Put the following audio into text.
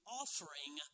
offering